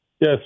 Yes